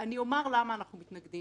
אני אומר למה אנחנו מתנגדים.